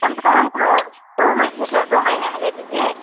कम से कम हमको दो महीने क्या दो महीने में दे दीजिए